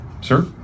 sir